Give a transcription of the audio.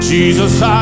Jesus